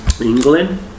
England